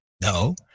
No